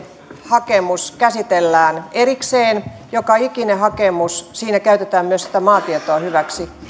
hakemus käsitellään erikseen joka ikinen hakemus siinä käytetään myös sitä maatietoa hyväksi